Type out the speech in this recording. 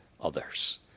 others